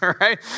right